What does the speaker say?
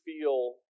feel